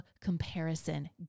comparison